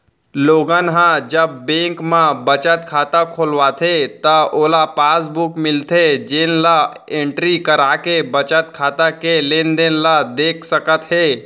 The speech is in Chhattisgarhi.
लोगन ह जब बेंक म बचत खाता खोलवाथे त ओला पासबुक मिलथे जेन ल एंटरी कराके बचत खाता के लेनदेन ल देख सकत हे